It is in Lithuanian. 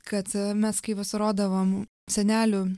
kad mes kai vasarodavom senelių